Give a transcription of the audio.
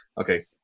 Okay